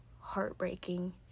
heartbreaking